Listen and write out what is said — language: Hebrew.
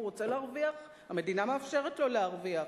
הוא רוצה להרוויח, המדינה מאפשרת לו להרוויח.